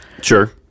Sure